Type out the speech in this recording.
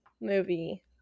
movie